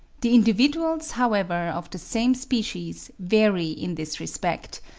the individuals, however, of the same species vary in this respect,